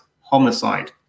homicide